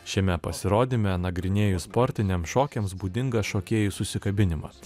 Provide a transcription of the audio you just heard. šiame pasirodyme nagrinėju sportiniams šokiams būdingas šokėjų susikabinimą